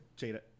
Jada